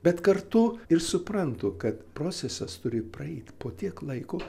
bet kartu ir suprantu kad procesas turi praeit po tiek laiko